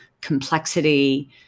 complexity